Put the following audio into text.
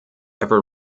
ever